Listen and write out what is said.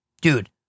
Dude